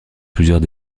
plusieurs